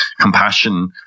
compassion